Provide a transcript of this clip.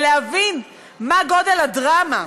ולהבין מה גודל הדרמה.